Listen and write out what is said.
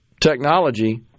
technology